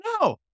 No